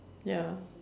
ya